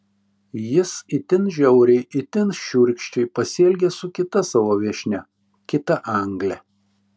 jis itin žiauriai itin šiurkščiai pasielgė su kita savo viešnia kita angle